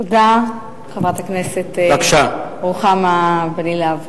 תודה, חברת הכנסת רוחמה אברהם-בלילא.